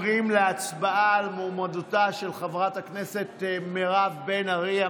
להצבעה על מועמדותה של חברת הכנסת מירב בן ארי.